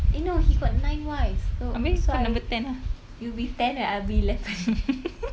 eh no he got nine wives so so I you be ten then I'll be eleven